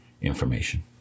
information